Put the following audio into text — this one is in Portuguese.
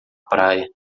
praia